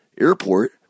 airport